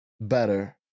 Better